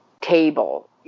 table